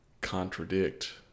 contradict